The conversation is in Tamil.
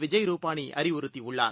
விஜய் ரூபானிஅறிவுறுத்திடள்ளார்